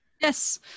Yes